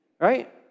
right